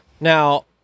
Now